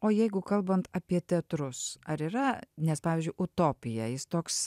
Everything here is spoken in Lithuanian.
o jeigu kalbant apie teatrus ar yra nes pavyzdžiui utopija jis toks